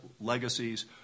legacies